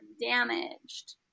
damaged